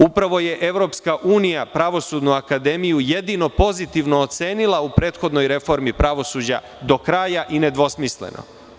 Upravo je EU Pravosudnu akademiju jedino pozitivno ocenila u prethodnoj reformi pravosuđa do kraja i nedvosmisleno.